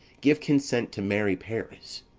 give consent to marry paris.